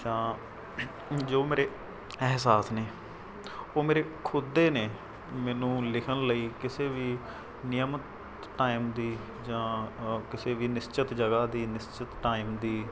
ਜਾਂ ਜੋ ਮੇਰੇ ਅਹਿਸਾਸ ਨੇ ਉਹ ਮੇਰੇ ਖੁਦ ਦੇ ਨੇ ਮੈਨੂੰ ਲਿਖਣ ਲਈ ਕਿਸੇ ਵੀ ਨਿਯਮਤ ਟਾਈਮ ਦੀ ਜਾਂ ਕਿਸੇ ਵੀ ਨਿਸ਼ਚਿਤ ਜਗ੍ਹਾ ਦੀ ਨਿਸ਼ਚਿਤ ਟਾਈਮ ਦੀ